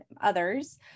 others